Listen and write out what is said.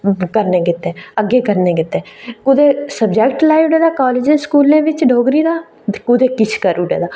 करने गित्तै अग्गै करने गित्तै कुदै सब्जैक्ट लाई ओड़े दा कालेज स्कूलें बिच डोगरी दा कुदै किश करी ओड़े दा